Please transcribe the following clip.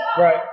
Right